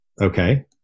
okay